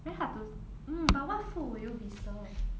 very hard to mm but what food will you be served